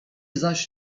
zaś